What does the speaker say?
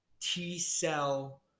T-cell